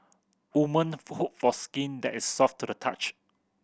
woman for hope for skin that is soft to the touch